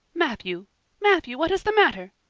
matthew matthew what is the matter?